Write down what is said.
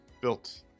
Built